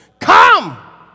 Come